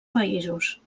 països